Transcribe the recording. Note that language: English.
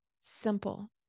simple